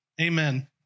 Amen